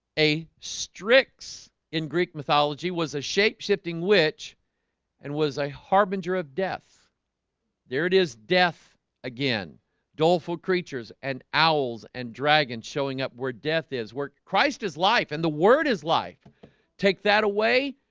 a strix in greek mythology was a shape-shifting witch and was a harbinger of death there it is death again doleful creatures and owls and dragons showing up where death is where christ is life and the word is life take that away.